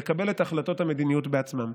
לקבל את ההחלטות המדיניות בעצמם.